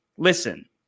Listen